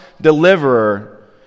deliverer